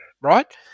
right